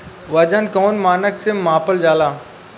वजन कौन मानक से मापल जाला?